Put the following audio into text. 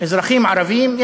אזרחים ערבים,